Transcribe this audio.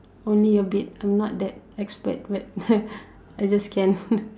only a bit I'm not that expert I just can